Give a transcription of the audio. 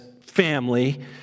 family